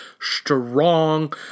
strong